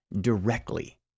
directly